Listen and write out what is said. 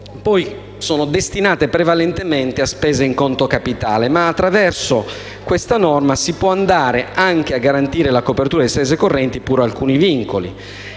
fondo sono destinate prevalentemente a spese in conto capitale, ma attraverso la norma in esame si può andare anche a garantire la copertura delle spese correnti pur con alcuni vincoli.